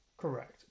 Correct